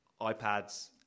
iPads